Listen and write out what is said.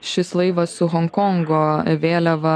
šis laivas su honkongo vėliava